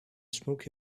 smoke